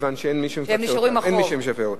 מכיוון שאין מי שמשפה אותם.